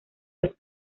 los